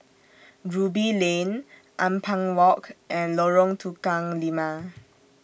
Ruby Lane Ampang Walk and Lorong Tukang Lima